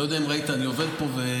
אני לא יודע אם ראית, אני עובד פה ומדבר.